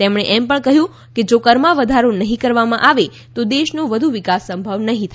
તેમણે એમ પણ કહ્યું કે જો કરમાં વધારો નહીં કરવામાં આવે તો દેશનો વધુ વિકાસ સંભવ નહીં થાય